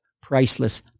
priceless